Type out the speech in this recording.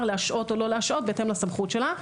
להשעות או לא להשעות בהתאם לסמכות שלה.